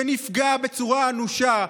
שנפגע בצורה אנושה.